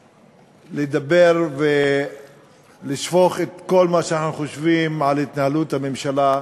לדבר ולשפוך את כל מה שאנחנו חושבים על התנהלות הממשלה,